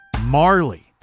Marley